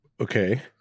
Okay